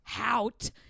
out